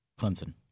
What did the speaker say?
clemson